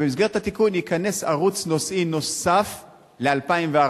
במסגרת התיקון ייכנס ערוץ נושאי נוסף ל-2014,